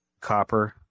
copper